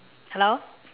hello